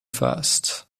first